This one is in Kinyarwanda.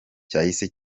cyahise